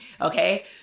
okay